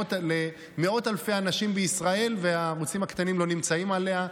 למאות אלפי אנשים בישראל והערוצים הקטנים לא נמצאים עליה.